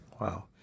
Wow